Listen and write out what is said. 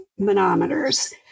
manometers